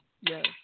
Yes